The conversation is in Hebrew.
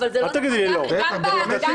אל תגידי לי לא, זה המצב.